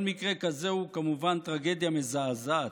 כל מקרה כזה הוא כמובן טרגדיה מזעזעת,